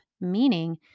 meaning